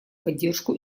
поддержку